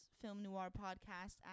filmnoirpodcast